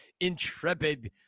intrepid